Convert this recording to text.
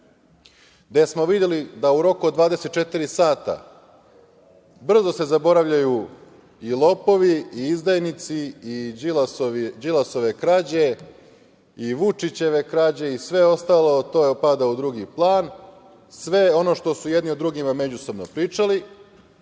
gde smo videli da u roku od 24 sata brzo se zaboravljaju i lopovi, i izdajnici, i Đilasove krađe, i Vučićeve krađe i sve ostalo to spada u drugi plan, sve ono što su jedni od drugima međusobno pričali